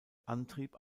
antrieb